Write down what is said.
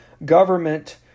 Government